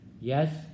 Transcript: Yes